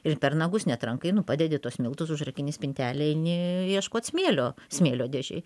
ir per nagus netrankai nu padedi tuos miltus užrakini spintelę eini ieškot smėlio smėlio dėžėj